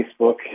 Facebook